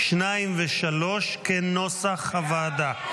2 ו-3 כנוסח הוועדה.